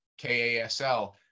KASL